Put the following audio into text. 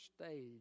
stage